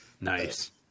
nice